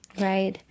Right